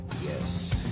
Yes